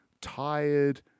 tired